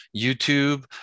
YouTube